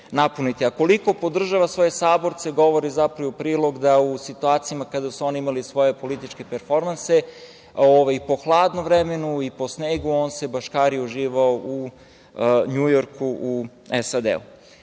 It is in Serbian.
koliko podržava svoje saborce govori zapravo i u prilog da u situacijama kada su oni imali svoje političke performanse, po hladnom vremenu, po snegu, on se baškario i uživao u Njujorku, u SAD.Sve